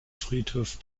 friedhof